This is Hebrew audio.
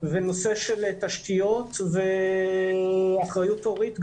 ונושא של תשתיות וגם אחריות הורית,